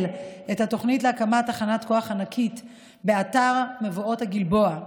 את התוכנית להקמת תחנת כוח ענקית באתר מבואות הגלבוע,